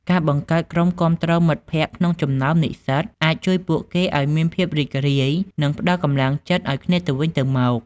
ការបង្កើតក្រុមគាំទ្រមិត្តភ័ក្តិក្នុងចំណោមនិស្សិតអាចជួយពួកគេឱ្យមានភាពរីករាយនិងផ្ដល់កម្លាំងចិត្តឱ្យគ្នាទៅវិញទៅមក។